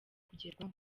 kugerwaho